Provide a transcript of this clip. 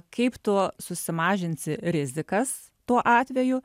kaip tu susimažinsi rizikas tuo atveju